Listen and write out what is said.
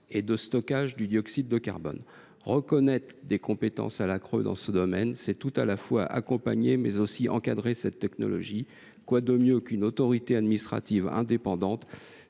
et de stockage du dioxyde de carbone. Reconnaître des compétences à la CRE dans ce domaine revient tout à la fois à accompagner, mais aussi à encadrer cette technologie : quoi de mieux qu’une autorité administrative indépendante